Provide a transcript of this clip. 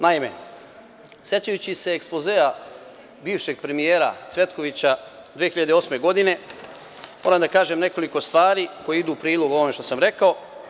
Naime, sećajući se ekspozea bivšeg premijera Cvetkovića 2008. godine, moram da kažem nekoliko stvari koje idu u prilog ovome što sam rekao.